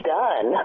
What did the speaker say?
done